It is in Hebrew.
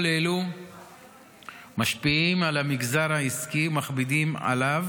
כל אלו משפיעים על המגזר העסקי ומכבידים עליו,